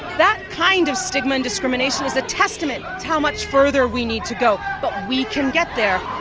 that kind of stigma and discrimination is a testament to how much further we need to go, but we can get there.